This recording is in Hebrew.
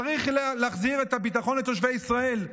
צריך להחזיר את הביטחון לתושבי ישראל.